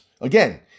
Again